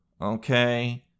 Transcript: okay